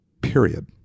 Period